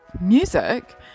music